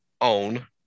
own